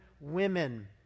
women